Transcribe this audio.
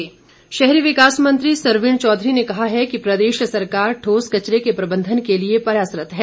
सरवीण चौघरी शहरी विकास मंत्री सरवीण चौधरी ने कहा है कि प्रदेश सरकार ठोस कचरे के प्रबंधन के लिए प्रयासरत है